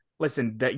Listen